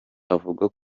avuga